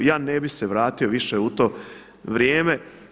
I ja ne bih se vratio više u to vrijeme.